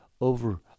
over